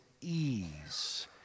ease